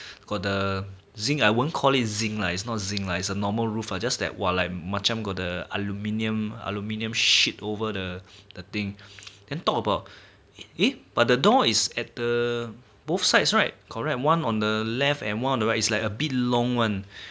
got the zinc I won't call it zinc lah is not zinc lah is normal roof uh just that !wah! like macam got the aluminium aluminium sheet over the the thing then talk about eh but the door is at the both sides right correct one on the left and one on the right like a bit long one